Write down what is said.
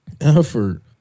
effort